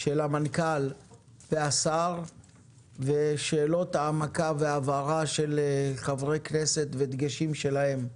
של המנכ"ל והשר ולשאלות העמקה והבהרה של חברי כנסת ודגשים שלהם.